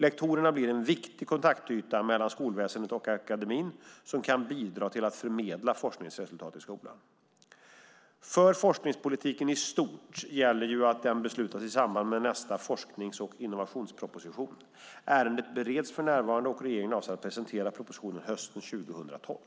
Lektorerna blir en viktig kontaktyta mellan skolväsendet och akademin som kan bidra till att förmedla forskningsresultat till skolan. För forskningspolitiken i stort gäller att den beslutas i samband med nästa forsknings och innovationsproposition. Ärendet bereds för närvarande. Regeringen avser att presentera propositionen hösten 2012.